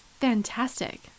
fantastic